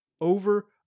over